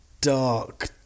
dark